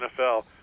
NFL